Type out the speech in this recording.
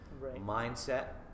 mindset